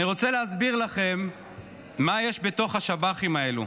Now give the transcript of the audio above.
אני רוצה להסביר לכם מה יש בתוך השב"חים האלה.